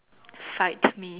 fight me